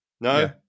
No